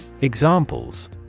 examples